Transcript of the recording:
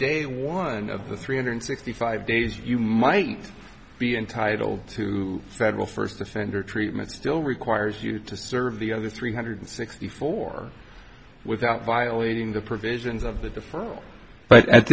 day one of the three hundred sixty five days you might be entitled to federal first offender treatment still requires you to serve the other three hundred sixty four without violating the provisions of the deferral but at